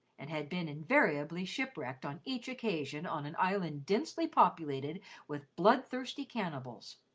and had been invariably shipwrecked on each occasion on an island densely populated with bloodthirsty cannibals.